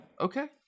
Okay